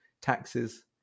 taxes